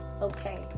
Okay